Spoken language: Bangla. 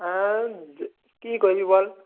হ্যাঁ কী করবি বল